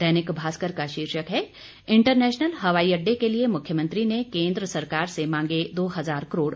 दैनिक भास्कर का शीर्षक है इंटरनेशनल हवाई अड्डे के लिए मुख्यमंत्री ने केंद्र सरकार से मांग दो हजार करोड़